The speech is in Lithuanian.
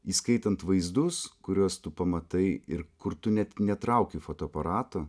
įskaitant vaizdus kuriuos tu pamatai ir kur tu net netrauki fotoaparato